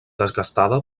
desgastada